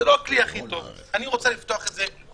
לא הכלי הכי טוב ואת רוצה לפתוח את זה.